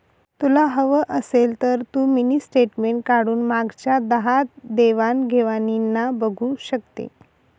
तुला हवं असेल तर तू मिनी स्टेटमेंट काढून मागच्या दहा देवाण घेवाणीना बघू शकते